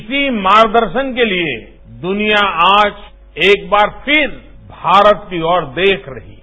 इसी मार्ग दर्शन के लिए दुनिया आज एक बार फिर भारत की ओर देख रहा है